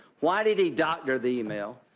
why did he doctor the email?